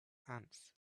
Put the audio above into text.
ants